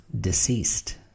deceased